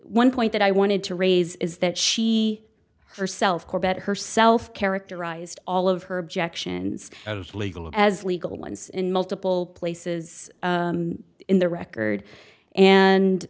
one point that i wanted to raise is that she herself corbett herself characterized all of her objections as legal as legal ones in multiple places in the record and